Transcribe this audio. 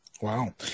Wow